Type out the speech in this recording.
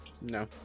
No